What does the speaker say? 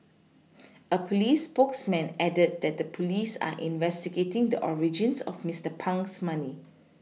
a police spokesman added that the police are investigating the origins of Mister Pang's money